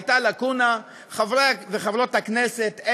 הייתה לקונה וחברי וחברות הכנסת,